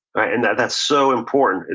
right? and that's so important.